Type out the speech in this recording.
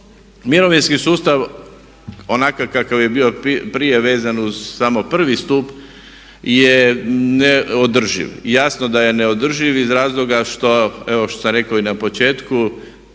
Mirovinski sustav onakav kakav je bio prije vezan uz samo prvi stup je neodrživ. Jasno da je neodrživ iz razloga što, evo što sam rekao i na početku,